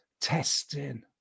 testing